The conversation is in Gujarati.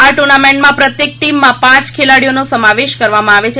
આ ટુર્નામેન્ટમાં પ્રત્યેક ટીમમાં પાંચ ખેલાડીઓને સમાવેશ કરવામાં આવે છે